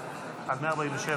--- 147.